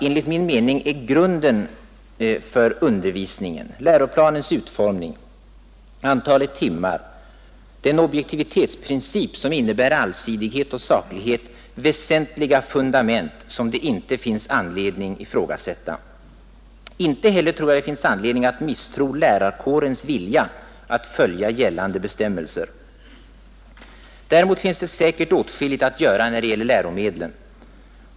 Enligt min mening är grunden för undervisningen — läroplanens utformning, antalet timmar och den objektivitetsprincip som innebär allsidighet och saklighet — väsentliga fundament, som det inte finns anledning att ifrågasätta. Inte heller tror jag det finns anledning att misstro lärarkårens vilja att följa gällande bestämmelser. Däremot finns det säkert åtskilligt att göra när det gäller läromedlen.